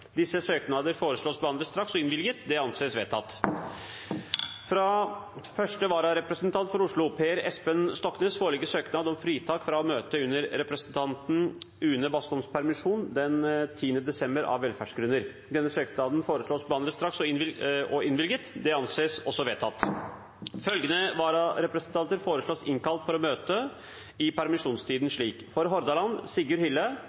Disse søknader foreslås behandlet straks og innvilget. – Det anses vedtatt. Fra 1. vararepresentant for Oslo, Per Espen Stoknes , foreligger søknad om fritak fra å møte under representanten Une Bastholms permisjon den 10. desember av velferdsgrunner. Etter forslag fra presidenten ble enstemmig besluttet: Søknaden behandles straks og innvilges. Følgende vararepresentanter innkalles for å møte i permisjonstiden slik: For Hordaland: Sigurd Hille